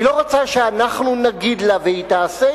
היא לא רוצה שאנחנו נגיד לה והיא תעשה,